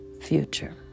future